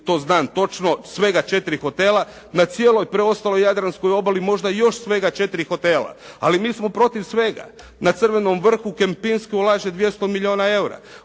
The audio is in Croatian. to znam točno, svega 4 hotela, na cijeloj preostaloj jadranskoj obali, možda još svega 4 hotela. Ali mi smo protiv svega, na crvenom vrhu …/Govornik se ne razumije/…